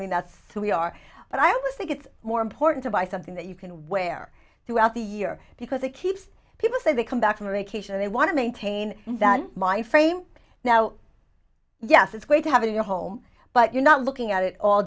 mean that's who we are but i always think it's more important to buy something that you can wear throughout the year because it keeps people say they come back from vacation and they want to maintain that mindframe now yes it's great to have your home but you're not looking at it all